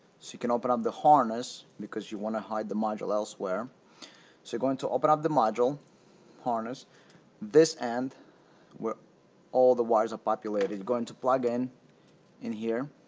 so you can open up the harness because you want to hide the module elsewhere so going to open up the module harness this end where all the wires are populated is going to plug in in here